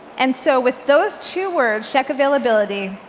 and so with those two words, check availability,